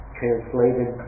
translated